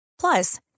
Plus